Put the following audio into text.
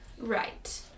Right